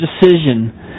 decision